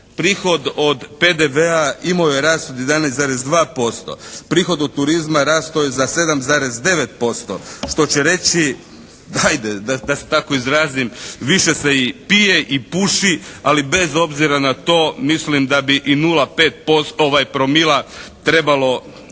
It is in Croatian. prihod od PDV-a imao je rast od 11,2%, prihod od turizma rastao je za 7,9% što će reći ajde da se tako izrazim više se i pije i puši ali bez obzira na to mislim da bi i 0,5 promila trebalo